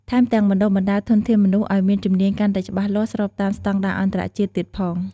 ថែមទាំងបណ្តុះបណ្តាល ធនធានមនុស្សឱ្យមានជំនាញកាន់តែច្បាស់លាស់ ស្របតាមស្តង់ដារអន្តរជាតិទៀតផង។